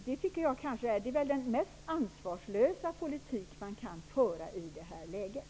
Det är väl den mest ansvarslösa politik man kan föra i det här läget.